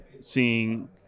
seeing